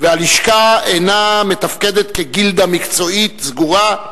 והלשכה אינה מתפקדת כגילדה מקצועית סגורה,